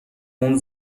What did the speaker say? اون